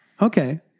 Okay